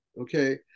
okay